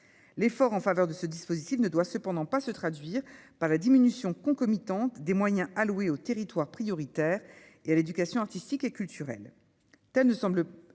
l'effort en faveur de ce dispositif ne doit cependant pas se traduire par la diminution concomitante des moyens alloués aux territoires prioritaires et à l'éducation artistique et culturelle telle ne semble pas